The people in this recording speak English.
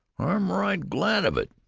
i'm right glad of it,